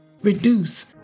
Reduce